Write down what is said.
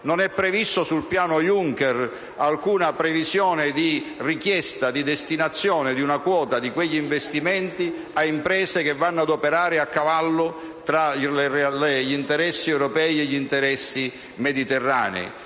quanto riguarda il piano Juncker, alcuna previsione di richiesta di destinazione di una quota di quegli investimenti ad imprese che vanno ad operare a cavallo tra gli interessi europei e gli interessi mediterranei.